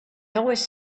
always